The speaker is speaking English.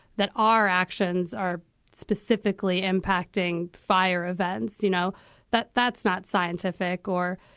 that our actions are specifically impacting fire events. you know that that's not scientific or,